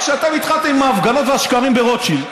רק כשאתם התחלתם עם ההפגנות והשקרים ברוטשילד,